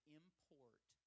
import